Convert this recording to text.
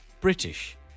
British